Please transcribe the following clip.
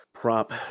Prop